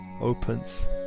opens